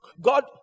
God